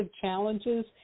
challenges